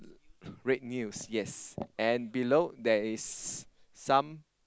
red news yes and below there is some